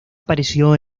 apareció